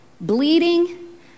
Bleeding